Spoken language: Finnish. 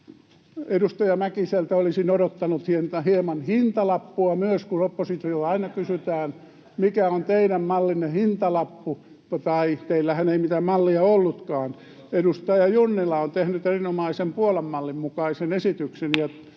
Edustaja Mäkiseltä olisin odottanut hieman hintalappua myös — kun oppositiolta aina kysytään, mikä on meidän mallimme hintalappu — tai teillähän ei mitään mallia ollutkaan. Edustaja Junnila on tehnyt erinomaisen, Puolan mallin mukaisen esityksen,